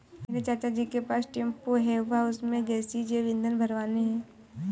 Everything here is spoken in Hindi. मेरे चाचा जी के पास टेंपो है वह उसमें गैसीय जैव ईंधन भरवाने हैं